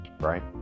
right